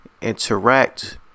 interact